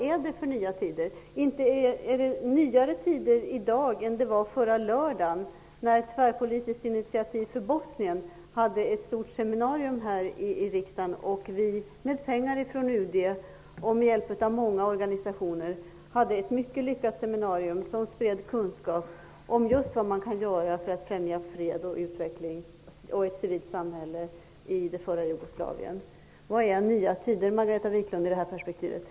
Är det nya tider i dag jämfört med förra lördagen? Då hade Tvärpolitiskt initiativ för Bosnien ett stort seminarium här i riksdagen, med pengar från UD och med hjälp av många organisationer. Seminariet blev mycket lyckat, och det spreds kunskap om just vad man kan göra för att främja fred och utveckling och ett civilt samhälle i f.d. Jugoslavien. Vad är nya tider i det perspektivet, Margareta Viklund?